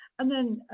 and then,